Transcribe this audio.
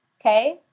Okay